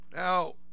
Now